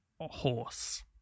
horse